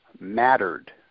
mattered